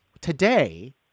today